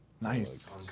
nice